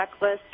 checklist